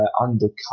undercut